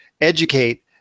educate